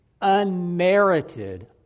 unmerited